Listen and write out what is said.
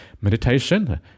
Meditation